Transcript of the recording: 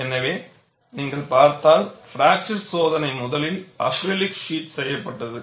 எனவே நீங்கள் பார்த்தால் பிராக்சர் சோதனை முதலில் அக்ரிலிக் ஷீட் செய்யப்பட்டது